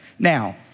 Now